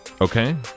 Okay